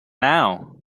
now